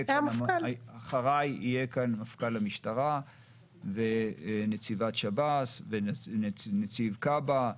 אחריי יהיה כאן מפכ"ל המשטרה ונציבת שב"ס ונציב כב"ה,